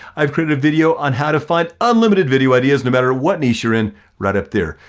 i've created a video on how to find unlimited video ideas no matter what niche you're in right up there.